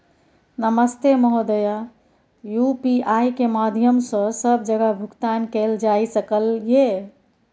नमस्ते महोदय, यु.पी.आई के माध्यम सं सब जगह भुगतान कैल जाए सकल ये?